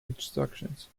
instructions